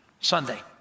Sunday